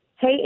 Hey